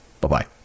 Bye-bye